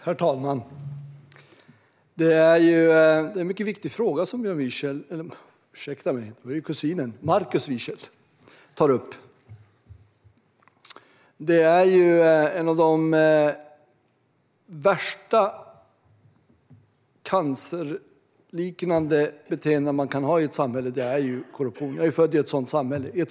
Herr talman! Det är en mycket viktig fråga som Markus Wiechel tar upp. Korruption är ett av de värsta cancerliknande beteenden man kan ha i ett samhälle. Jag är född i ett sådant samhälle.